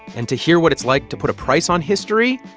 and to hear what it's like to put a price on history,